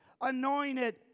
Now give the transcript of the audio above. anointed